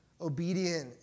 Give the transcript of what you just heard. obedient